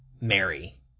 Mary